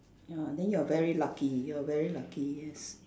ya then you are very lucky you are very lucky yes